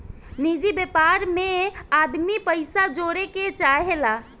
निजि व्यापार मे आदमी पइसा जोड़े के चाहेला